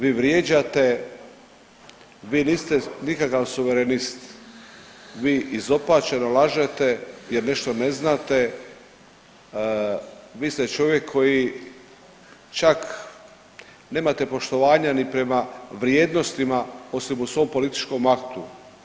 Vi vrijeđate, vi niste nikakav suverenist, vi izopačen o lažete jer nešto ne znate, vi ste čovjek koji čak nemate poštovanja ni prema vrijednostima osim u svom političkom aktu.